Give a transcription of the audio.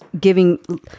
giving